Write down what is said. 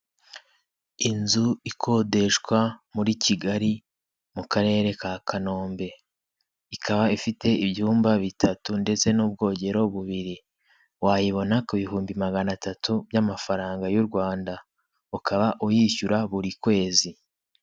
Inzu ikodeshwa muri Kigali mu karere ka Kanombe ikaba ifite ibyumba bitatu ndetse n'ubwogero bubiri, wayibona ku bihumbi maganatatu by'amafaranga y'u Rwanda ukaba uyishyura buri kwezi.